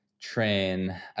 train